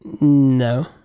No